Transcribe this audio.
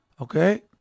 okay